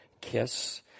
kiss